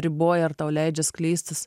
riboja ar tau leidžia skleistis